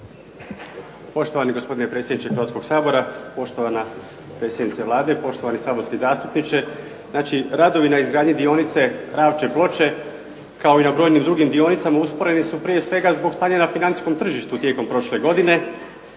Poštovani gospodine predsjedniče Hrvatskog sabora, poštovana predsjednice Vlade, poštovani saborski zastupniče. Znači, radovi na izgradnji dionice Ravče – Ploče kao i na brojnim drugim dionicama usporeni su prije svega zbog stanja na financijskom tržištu prošle godine.